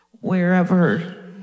wherever